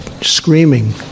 screaming